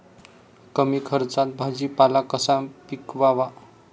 कमी खर्चात भाजीपाला कसा पिकवावा?